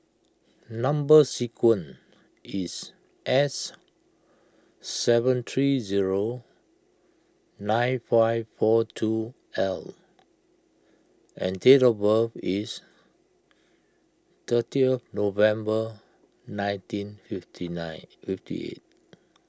Number Sequence is S seven three zero nine five four two L and date of birth is thirty November nineteen fifty nine fifty eight